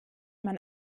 man